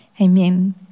Amen